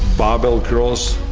barbell curls.